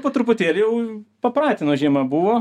po truputėlį jau papratino žiema buvo